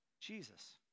Jesus